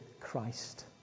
Christ